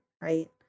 right